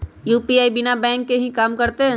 UPI बिना bank के भी कम करतै?